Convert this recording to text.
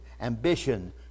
ambition